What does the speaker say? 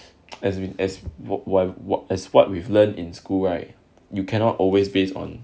as been as what while as what we've learned in school right you cannot always based on